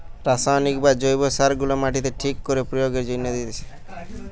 রাসায়নিক বা জৈব সার গুলা মাটিতে ঠিক করে প্রয়োগের জন্যে দিতেছে